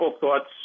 thoughts